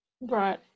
right